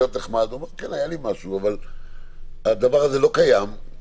אבל אני לא חייב להביא לו את זה.